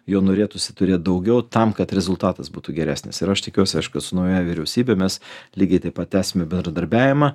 jo norėtųsi turėt daugiau tam kad rezultatas būtų geresnis ir aš tikiuosi aišku kad su nauja vyriausybe mes lygiai taip pat tęsime bendradarbiavimą